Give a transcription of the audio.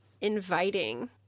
inviting